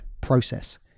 process